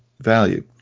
value